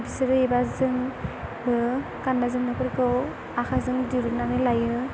बिसोरो एबा जोंबो गाननाय जोमनायफोरखौ आखाइजों दिहुननानै लायो